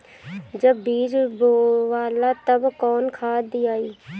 जब बीज बोवाला तब कौन खाद दियाई?